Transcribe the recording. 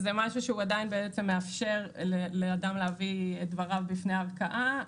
זה שמשהו שהוא עדיין מאפשר לאדם להביא את דבריו בפני הערכאה,